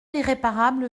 irréparable